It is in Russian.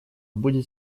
будет